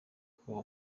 kuba